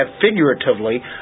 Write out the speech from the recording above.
figuratively